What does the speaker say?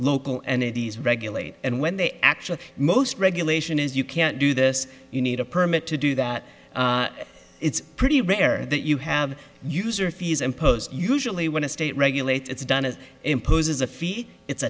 local and it is regulate and when they actually most regulation is you can't do this you need a permit to do that it's pretty rare that you have user fees imposed usually when a state regulates it's done as imposes a feat it's